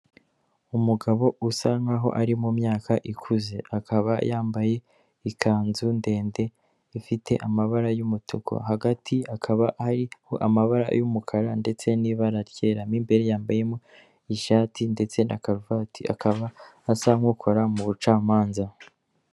Umugabo usa nkaho ari mu myaka ikuze, akaba yambaye ikanzu ndende ifite amabara y'umutuku, hagati akaba ari amabara y'umukara ndetse n'ibara ryera mo imbere yambaye ishati ndetse na karuvati akaba asa nk'ukora mu bucamanza.